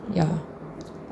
ya